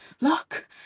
look